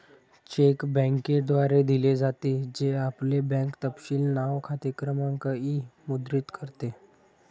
check बँकेद्वारे दिले जाते, जे आपले बँक तपशील नाव, खाते क्रमांक इ मुद्रित करते